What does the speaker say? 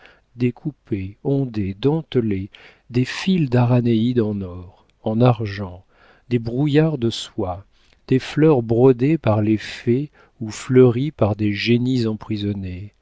découpés ondés dentelés des fils d'aranéide en or en argent des brouillards de soie des fleurs brodées par les fées ou fleuries par des génies emprisonnés